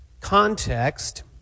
context